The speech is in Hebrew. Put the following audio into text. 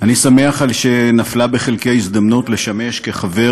אני שמח על שנפלה בחלקי ההזדמנות לשמש כחבר